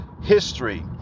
history